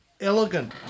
elegant